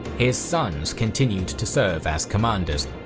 his sons continued to serve as commanders,